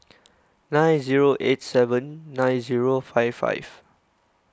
nine zero eight seven nine zero five five